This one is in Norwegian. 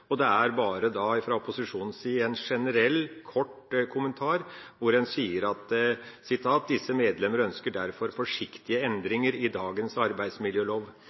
hen. Det er bare fra opposisjonens side en generell, kort kommentar hvor en sier: «Disse medlemmer ønsker derfor forsiktige endringer i dagens arbeidsmiljølov.»